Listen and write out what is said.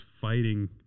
fighting